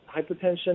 Hypertension